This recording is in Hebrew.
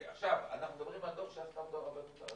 --- אנחנו מדברים שעשתה אותו הרבנות הראשית,